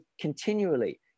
continually